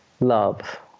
love